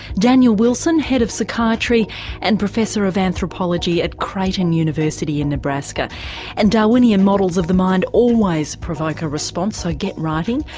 daniel wilson, head of psychiatry and professor of anthropology at creighton university in nebraska and darwinian models of the mind always provoke a response, so get writing.